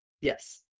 Yes